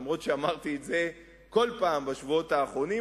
אף-על-פי שאמרתי את זה כל פעם בשבועות האחרונים,